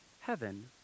heaven